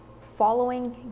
following